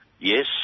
yes